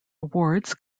awards